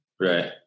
right